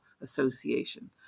Association